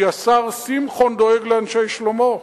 כי השר שמחון דואג לאנשי שלומו.